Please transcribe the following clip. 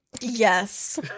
Yes